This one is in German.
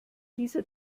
dieser